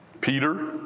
Peter